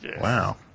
wow